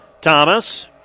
Thomas